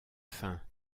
faim